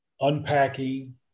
unpacking